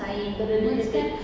ada limit to it